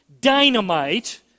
dynamite